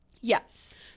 Yes